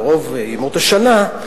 ברוב ימות השנה,